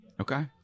Okay